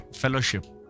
fellowship-